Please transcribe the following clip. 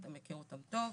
אתה מכיר אותם טוב.